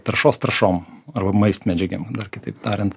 taršos trąšom arba maistmedžiagėm dar kitaip tariant